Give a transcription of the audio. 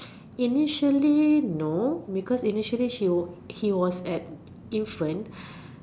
initially no because initially she was he was an infant